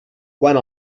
quant